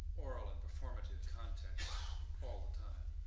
oral and performance context all the time.